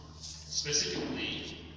Specifically